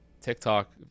TikTok